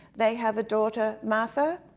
they have a daughter. martha,